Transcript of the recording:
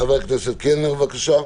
חבר הכנסת קלנר, בבקשה.